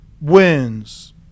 wins